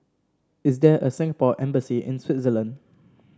is there a Singapore Embassy in Switzerland